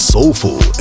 Soulful